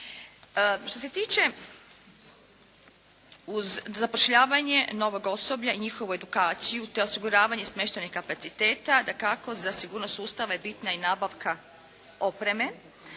Što se tiče uz zapošljavanje novog osoblja i njihovu edukaciju te osiguravanje smještajnih kapaciteta dakako za sigurnost sustava je bitna i nabavka opreme.